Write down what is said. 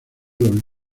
los